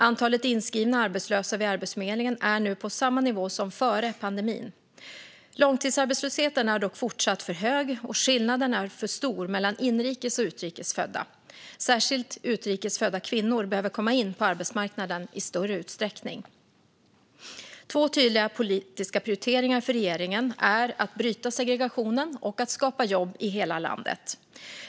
Antalet inskrivna arbetslösa vid Arbetsförmedlingen är nu på samma nivå som före pandemin. Långtidsarbetslösheten är dock fortsatt för hög, och skillnaden är för stor mellan inrikes och utrikes födda. Särskilt utrikes födda kvinnor behöver komma in på arbetsmarknaden i större utsträckning. Två tydliga politiska prioriteringar för regeringen är att bryta segregationen och att skapa jobb i hela landet.